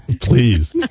Please